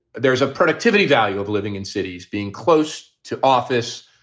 there is a productivity value of living in cities, being close to office,